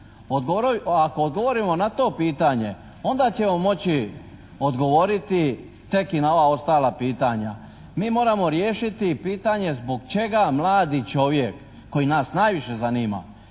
Ako odgovorimo na to pitanje onda ćemo moći odgovoriti tek i na ova ostala pitanja. Mi moramo riješiti pitanje zbog čega mladi čovjek koji nas najviše zanima,